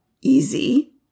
easy